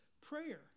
prayer